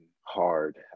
hard